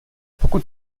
pokud